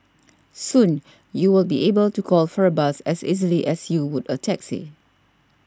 soon you will be able to call for a bus as easily as you would a taxi